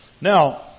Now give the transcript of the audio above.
Now